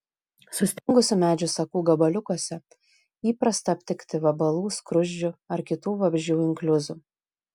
sustingusių medžių sakų gabaliukuose įprasta aptikti vabalų skruzdžių ar kitų vabzdžių inkliuzų